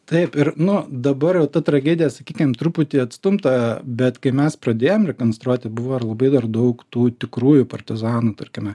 taip ir nu dabar jau ta tragedija sakykim truputį atstumta bet kai mes pradėjom rekonstruoti buvo ir labai dar daug tų tikrųjų partizanų tarkime